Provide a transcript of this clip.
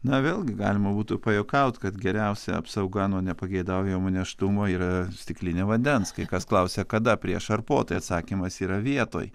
na vėlgi galima būtų pajuokaut kad geriausia apsauga nuo nepageidaujamo nėštumo yra stiklinė vandens kai kas klausia kada prieš ar po tai atsakymas yra vietoj